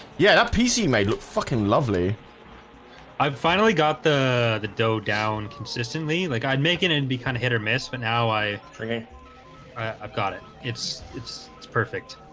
yeah that pc may look fucking lovely i finally got the the dough down consistently like i'd make it and be kind of hit or miss but now i think i've got it. it's it's it's perfect